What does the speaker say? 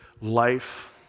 life